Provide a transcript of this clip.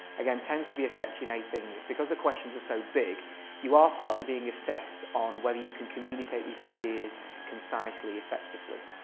again tends to be a section a thing this because the questions are so big you are partly being assessed on whether you can communicate these ideas concisely and effectively.